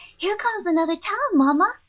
here comes another town, mama!